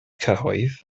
cyhoedd